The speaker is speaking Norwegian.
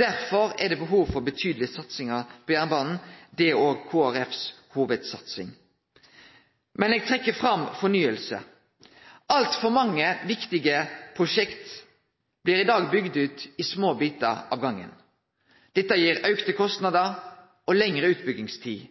Derfor er det behov for betydelege satsingar på jernbanen. Det er òg Kristeleg Folkeparti si hovudsatsing. Men eg trekkjer fram fornying. Altfor mange viktige prosjekt blir i dag bygde ut i små bitar av gangen. Dette gir auka kostnader og lengre utbyggingstid.